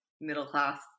middle-class